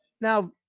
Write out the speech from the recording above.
Now